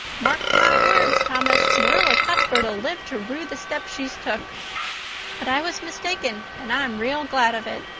mark my words, thomas, marilla cuthbert ll live to rue the step she's took but i was mistaken and i'm real glad of it.